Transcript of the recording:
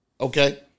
okay